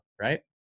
Right